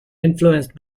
influenced